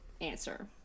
answer